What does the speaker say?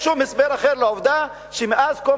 אין שום הסבר אחר לעובדה שמאז קום